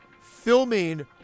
filming